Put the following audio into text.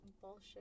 bullshit